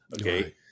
Okay